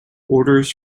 orders